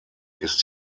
ist